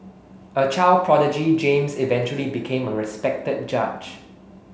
a child prodigy James eventually became a respected judge